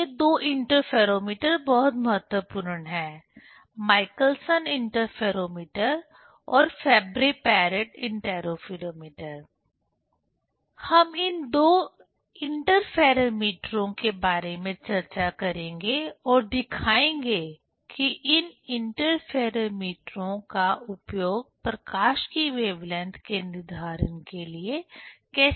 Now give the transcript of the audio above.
तो ये दो इंटरफेरोमीटर बहुत महत्वपूर्ण हैं माइकलसन इंटरफेरोमीटर और फेब्री पेरोट इंटरफेरोमीटर हम इन दो इंटरफेरोमीटरों के बारे में चर्चा करेंगे और दिखाएंगे की इन इंटरफेरोमीटरों का उपयोग प्रकाश की वेवलेंथ के निर्धारण के लिए कैसे किया जाता है